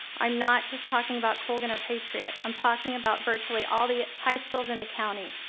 i'm not just talking about colgan or patriot. i'm talking about virtually all the high schools in the county.